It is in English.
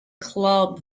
club